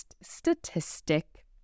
statistic